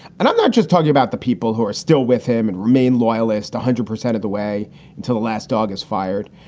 and i'm not just talking about the people who are still with him and remain loyalest one hundred percent of the way until the last dog is fired.